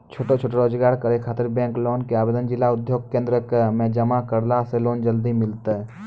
छोटो छोटो रोजगार करै ख़ातिर बैंक लोन के आवेदन जिला उद्योग केन्द्रऽक मे जमा करला से लोन जल्दी मिलतै?